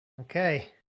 Okay